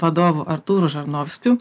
vadovu artūru žarnovskiu